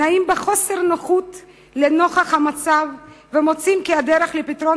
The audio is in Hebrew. נעים בחוסר נחת לנוכח המצב ומוצאים כי הדרך לפתרון